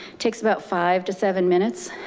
takes about five to seven minutes,